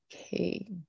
Okay